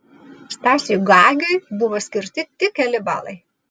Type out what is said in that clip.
stasiui gagiui buvo skirti tik keli balai